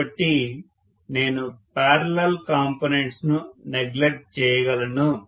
కాబట్టి నేను parallel components ను నెగ్లెక్ట్ చేయగలను